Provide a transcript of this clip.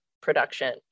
production